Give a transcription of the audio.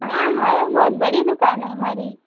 हाँ है बहुत बड़ी दुकान है हमारी